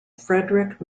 frederick